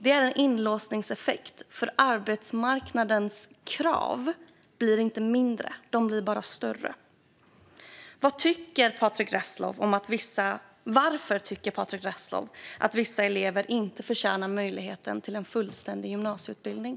Det här är en inlåsningseffekt. Arbetsmarknadens krav blir ju inte mindre; de blir bara större. Varför tycker Patrick Reslow att vissa elever inte förtjänar möjligheten att få en fullständig gymnasieutbildning?